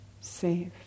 safe